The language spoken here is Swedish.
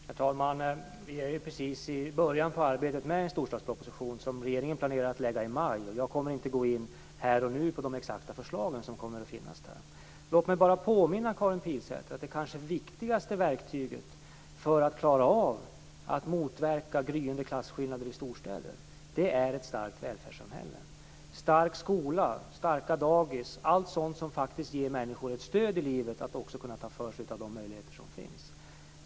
Herr talman! Vi är precis i början av arbetet med en storstadsproposition som regeringen planerar att lägga fram i maj. Jag kommer inte här och nu att gå in på de exakta förslag som kommer att finnas i den. Låt mig bara påminna Karin Pilsäter om att det kanske viktigaste verktyget för att klara av att motverka gryende klasskillnader i storstäder är ett starkt välfärdssamhälle - stark skola, starka dagis och allt sådant som faktiskt ger människor ett stöd i livet så att de också skall kunna ta för sig av de möjligheter som finns.